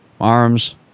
arms